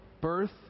Birth